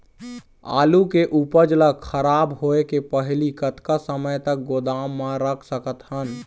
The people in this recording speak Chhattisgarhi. आलू के उपज ला खराब होय के पहली कतका समय तक गोदाम म रख सकत हन?